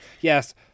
yes